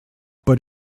but